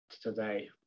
today